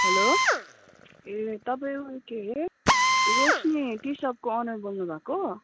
hello ए तपाईँ Roshni tea सपको ओनर बोल्नुभएको